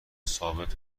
ثابت